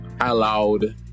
allowed